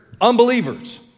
unbelievers